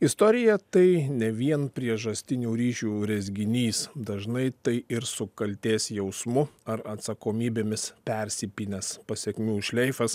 istorija tai ne vien priežastinių ryšių rezginys dažnai tai ir su kaltės jausmu ar atsakomybėmis persipynęs pasekmių šleifas